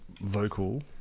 vocal